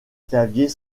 clavier